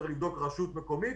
צריך לבדוק כל רשות מקומית,